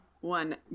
one